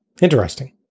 Interesting